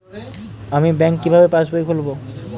আমি ব্যাঙ্ক কিভাবে পাশবই খুলব?